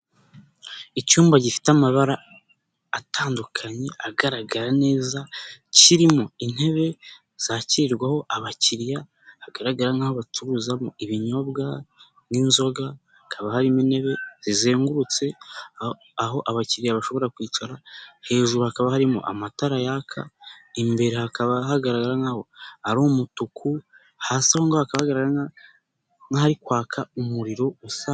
Icyumba gifite amabara atandukanye agaragara neza. Kirimo intebe zakirwaho abakiriya. Hagaragara nk'aho bacururizamo ibinyobwa n'inzoga. hakaba harimo intebe zizengurutse aho abakiriya bashobora kwicara. Hejuru hakaba harimo amatara yaka. Imbere hakaba hagaragara nk'aho ari umutuku. Hasi aho ngaho hakaba hagaragara nka hari kwaka umuriro usa...